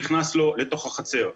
לתוך החצר.